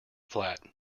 flat